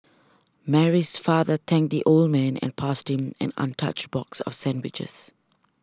Mary's father thanked the old man and passed him an untouched box of sandwiches